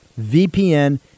VPN